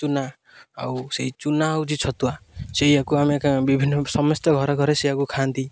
ଚୁନା ଆଉ ସେଇ ଚୂନା ହେଉଛି ଛତୁଆ ସେଇଆକୁ ଆମେ ବିଭିନ୍ନ ସମସ୍ତେ ଘରେ ଘରେ ସେଆକୁ ଖାଆନ୍ତି